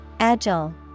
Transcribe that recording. Agile